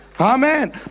Amen